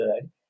good